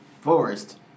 Forest